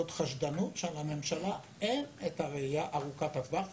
זאת חשדנות שלממשלה אין הראייה ארוכת הטווח.